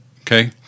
Okay